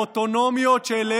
אוטונומיה תרבותית